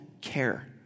care